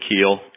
keel